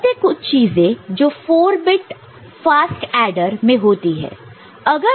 यह थे कुछ चीजें जो 4 बिट फास्ट एडर मैं होती है